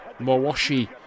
Mawashi